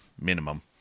minimum